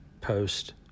post